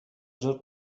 دور